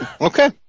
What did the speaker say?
Okay